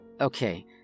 Okay